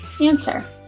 Answer